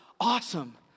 Awesome